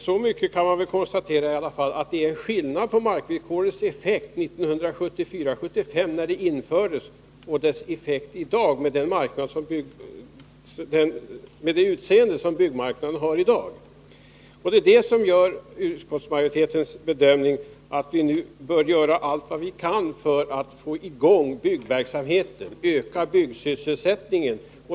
Så mycket kan man emellertid säga som att det är skillnad på markvillkorets effekt 1974/75 när det infördes och dess effekt i dag med det utseende som byggmarknaden nu har. Det är anledningen till att utskottsmajoriteten bedömer det så, att vi nu bör göra allt vad vi kan för att få i gång byggverksamheten och öka byggsysselsättningen.